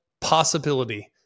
possibility